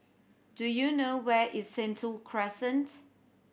do you know where is Sentul Crescent